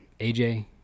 AJ